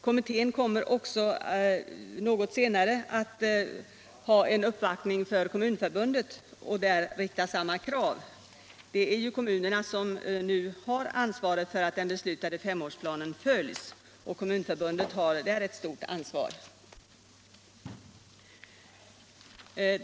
Kommittén kommer något senare att företa en uppvaktning för Kommunförbundet och där rikta samma krav. Det är ju kommunerna som skall se till att den beslutade femårsplanen fullföljs, och Kommunförbundet har där ett stort ansvar.